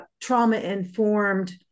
trauma-informed